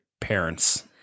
parents